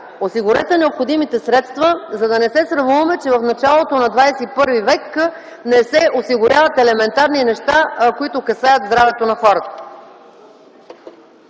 Осигурете необходимите средства, за да не се срамуваме, че в началото на ХХІ век не се осигуряват елементарни неща, които касаят здравето на хората.